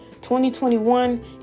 2021